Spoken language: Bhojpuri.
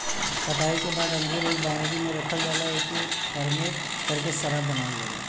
कटाई के बाद अंगूर एक बाइनरी में रखल जाला एके फरमेट करके शराब बनावल जाला